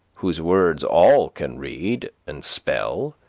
whose words all can read and spell.